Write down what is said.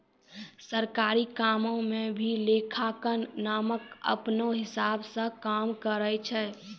सरकारी कामो म भी लेखांकन मानक अपनौ हिसाब स काम करय छै